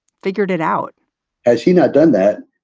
figured it out has she not done that?